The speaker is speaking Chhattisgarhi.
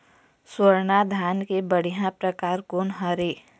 स्वर्णा धान के बढ़िया परकार कोन हर ये?